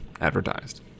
advertised